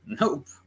Nope